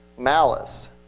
Malice